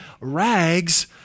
Rags